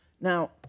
Now